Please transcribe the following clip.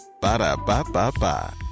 Ba-da-ba-ba-ba